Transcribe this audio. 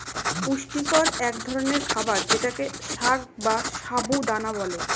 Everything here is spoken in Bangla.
পুষ্টিকর এক ধরনের খাবার যেটাকে সাগ বা সাবু দানা বলে